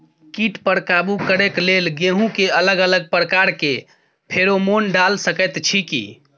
कीट पर काबू करे के लेल गेहूं के अलग अलग प्रकार के फेरोमोन डाल सकेत छी की?